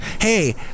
Hey